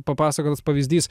papasakotas pavyzdys